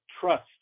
trust